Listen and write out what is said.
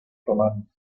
román